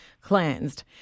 cleansed